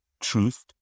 truth